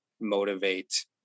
motivate